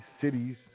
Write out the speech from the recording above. cities